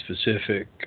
specific